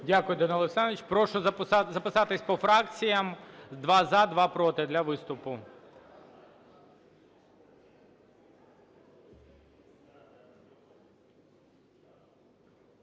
Дякую, Данило Олександрович. Прошу записатися по фракціях два – за, два – проти для виступу.